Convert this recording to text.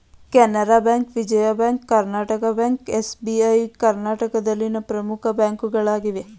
Canara bank, Vijaya bank, Karnataka bank, SBI ಕರ್ನಾಟಕದಲ್ಲಿನ ಪ್ರಮುಖ ಬ್ಯಾಂಕ್ಗಳಾಗಿವೆ